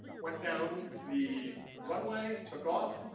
went down the runway, took off,